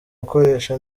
gukoresha